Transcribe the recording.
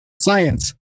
science